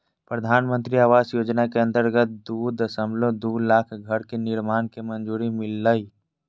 प्रधानमंत्री आवास योजना के अंतर्गत दू दशमलब दू लाख घर के निर्माण के मंजूरी मिललय